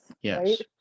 yes